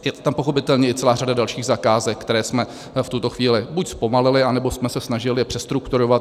Je tam pochopitelně i celá řada dalších zakázek, které jsme v tuto chvíli buď zpomalili, anebo jsme se snažili je přestrukturovat.